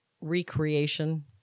recreation